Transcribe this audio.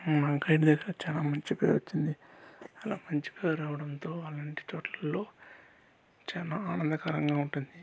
మా గైడ్ దగ్గర చాలా మంచి పేరు వచ్చింది అలా మంచి పేరు రావడంతో అలాంటి చోట్లలో చాలా ఆనందకరంగా ఉంటుంది